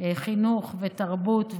חינוך ותרבות ורווחה.